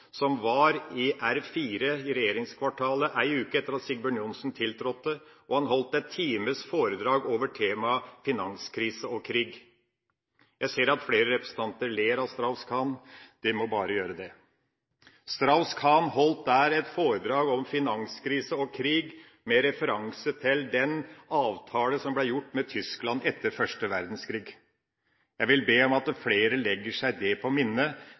som var i R 4 i regjeringskvartalet en uke etter at Sigbjørn Johnsen tiltrådte og holdt en times foredrag over temaet finanskrise og krig. Jeg ser at flere representanter ler av Strauss-Kahn – dere må bare gjøre det. Strauss-Kahn holdt der et foredrag om finanskrise og krig med referanse til den avtale som ble gjort med Tyskland etter første verdenskrig. Jeg vil be om at flere legger seg det på minne: